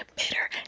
ah bitter?